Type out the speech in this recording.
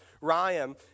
Ryan